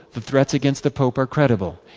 the threats against the pope are credible.